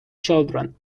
children